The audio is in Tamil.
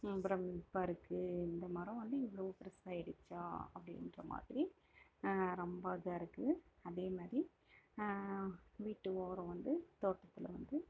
பிரமிப்பாக இருக்குது இந்த மரம் வந்து இவ்வளோ பெருசாக ஆயிடுச்சா அப்படின்ற மாதிரி ரொம்ப இதாக இருக்குது அதே மாதிரி வீட்டு ஓரம் வந்து தோட்டத்தில் வந்து